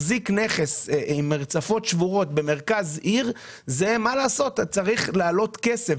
להחזיק נכס עם מרצפות שבורות במרכז העיר צריך שיעלה כסף,